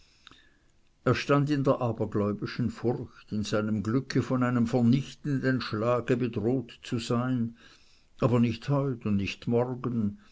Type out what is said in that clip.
er stand in der abergläubischen furcht in seinem glücke von einem vernichtenden schlage bedroht zu sein aber nicht heut und nicht morgen